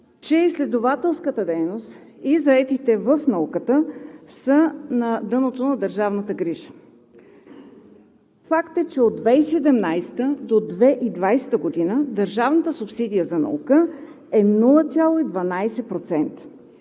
че изследователската дейност и заетите в науката са на дъното на държавната грижа. Факт е, че от 2017-а до 2020 г. държавната субсидия за наука е 0,12%